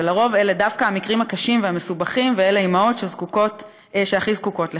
ולרוב אלה דווקא המקרים הקשים והמסובכים ואלה האימהות שהכי זקוקות לכך.